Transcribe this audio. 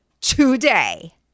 today